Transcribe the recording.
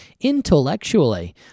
Intellectually